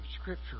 scripture